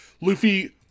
luffy